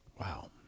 Wow